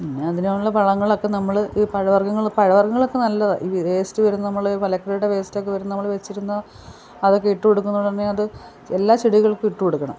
പിന്നതിനുള്ള വളങ്ങളൊക്കെ നമ്മൾ ഈ പഴവർഗങ്ങൾ പഴവർഗ്ഗങ്ങളൊക്കെ നല്ലതാന്ന് വേസ്റ്റ് വരുന്നത് നമ്മൾ മലക്കറീടെ വേസ്റ്റൊക്കെ വരുന്ന നമ്മൾ വെച്ചിരുന്നാ അതൊക്കെയിട്ട് കൊടുക്കുന്ന കൊണ്ട് തന്നെ അത് എല്ലാ ചെടികൾക്കും ഇട്ട് കൊടുക്കണം